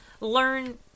learn